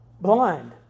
Blind